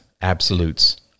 absolutes